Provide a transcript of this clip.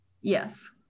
Yes